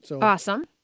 Awesome